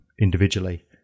individually